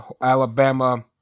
Alabama